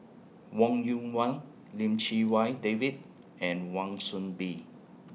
Wong Yoon Wah Lim Chee Wai David and Wan Soon Bee